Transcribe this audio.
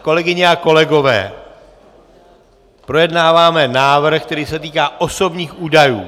Kolegyně a kolegové, projednáváme návrh, který se týká osobních údajů.